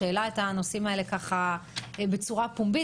שהעלה את הנושאים האלה בצורה פומבית.